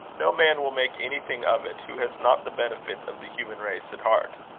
no man will make anything of it who has not the benefit of the human race at heart.